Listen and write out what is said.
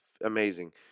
Amazing